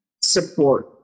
support